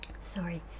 sorry